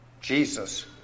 Jesus